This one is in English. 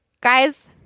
guys